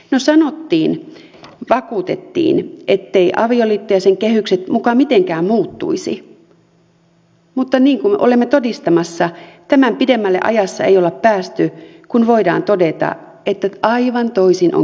no sanottiin vakuutettiin etteivät avioliitto ja sen kehykset muka mitenkään muuttuisi mutta niin kuin olemme todistamassa tämän pidemmälle ajassa ei olla päästy kun voidaan todeta että aivan toisin on käymässä